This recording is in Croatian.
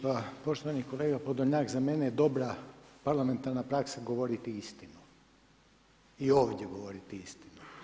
Pa poštovani kolega POdolnjak, za mene je dobra parlamentarna praksa govoriti istinu i ovdje govoriti istinu.